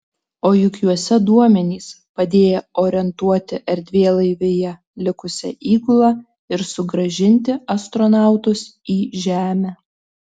o juk juose duomenys padėję orientuoti erdvėlaivyje likusią įgulą ir sugrąžinti astronautus į žemę